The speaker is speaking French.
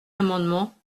amendement